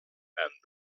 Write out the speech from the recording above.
and